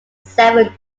seven